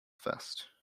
first